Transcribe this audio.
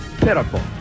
pitiful